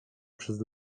przez